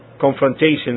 confrontations